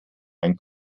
ein